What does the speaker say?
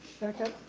second.